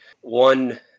one